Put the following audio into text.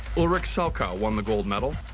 ulrich salchow won the gold medal.